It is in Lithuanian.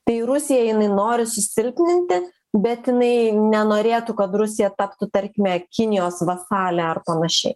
tai rusiją jinai nori susilpninti bet jinai nenorėtų kad rusija taptų tarkime kinijos vasale ar panašiai